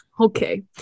okay